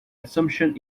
assumption